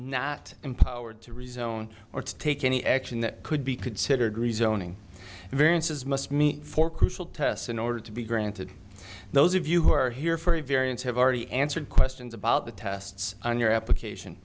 not empowered to rezone or to take any action that could be considered rezoning variances must meet for crucial tests in order to be granted those of you who are here for a variance have already answered questions about the tests on your application